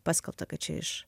paskelbta kad čia iš